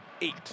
Eight